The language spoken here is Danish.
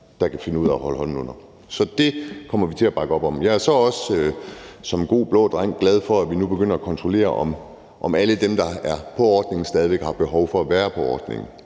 der kan finde ud af at holde hånden under dem. Så det kommer vi til at bakke op om. Jeg er så også som en god blå dreng glad for, at vi nu begynder at kontrollere, om alle dem, der er på ordningen, stadig væk har behov for at være på ordningen.